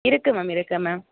இருக்குது மேம் இருக்குது மேம்